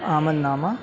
آمد نامہ